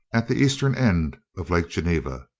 at the eastern end of lake geneva.